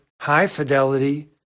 high-fidelity